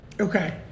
Okay